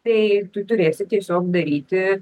tai tu turėsi tiesiog daryti